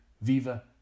Viva